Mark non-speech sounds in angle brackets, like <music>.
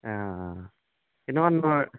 অঁ <unintelligible>